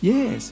Yes